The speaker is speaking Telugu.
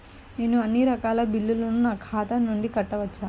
నేను అన్నీ రకాల బిల్లులను నా ఖాతా నుండి కట్టవచ్చా?